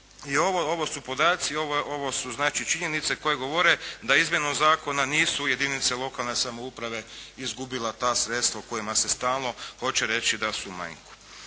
Ovo su podaci. Ovo su znači činjenice koje govore da izmjenom zakona nisu jedinice lokalne samouprave izgubila ta sredstva o kojima se stalno hoće reći da su u manjku.